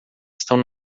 estão